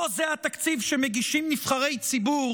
לא זה התקציב שמגישים נבחרי ציבור